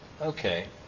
okay